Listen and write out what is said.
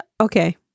okay